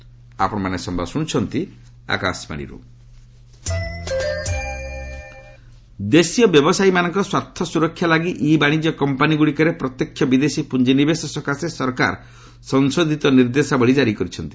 ଗଭଟ e commerce ଦେଶୀୟ ବ୍ୟବସାୟୀମାନଙ୍କ ସ୍ୱାର୍ଥ ସୁରକ୍ଷା ଲାଗି ଇ ବାଣିଜ୍ୟ କମ୍ପାନୀଗୁଡ଼ିକରେ ପ୍ରତ୍ୟକ୍ଷ ବିଦେଶୀ ପୁଞ୍ଜିନିବେଶ ସକାଶେ ସରକାର ସଂଶୋଧିତ ନିର୍ଦ୍ଦେଶାବଳୀ ଜାରି କରିଛନ୍ତି